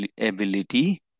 ability